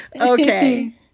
Okay